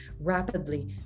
rapidly